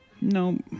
no